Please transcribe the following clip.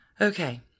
Okay